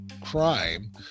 crime